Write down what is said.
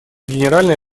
генеральной